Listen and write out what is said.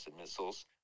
missiles